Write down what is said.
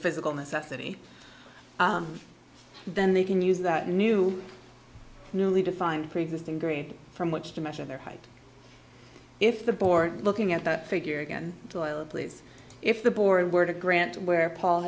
physical necessity then they can use that new newly defined preexisting grade from which to measure their height if the board looking at that figure again please if the board were to grant where paul